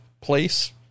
place